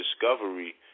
discovery